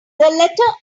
letter